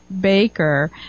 Baker